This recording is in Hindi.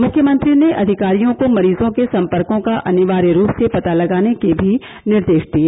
मुख्यमंत्री ने अधिकारियों को मरीजों के संपर्कों का अनिवार्य रूप से पता लगाने के भी निर्देश दिए